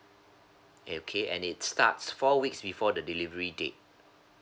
okay and it starts four weeks before the delivery date